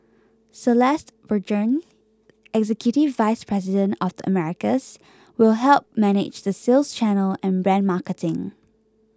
Celeste Burgoyne executive vice president of the Americas will help manage the sales channel and brand marketing